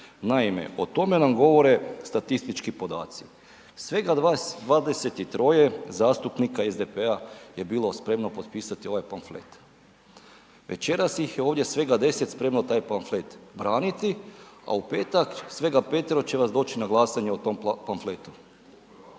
Naime, o tome nam govore statistički podaci, svega 23 zastupnika SDP-a je bilo spremno potpisati ovaj pamflet. Večeras ih je ovdje svega 10 spremno taj pamflet braniti, a u petak svega 5-ero će vas doći na glasanje o tom pamfletu.